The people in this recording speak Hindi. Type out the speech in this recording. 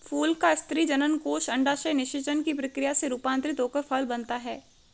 फूल का स्त्री जननकोष अंडाशय निषेचन की प्रक्रिया से रूपान्तरित होकर फल बनता है